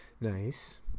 Nice